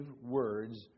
words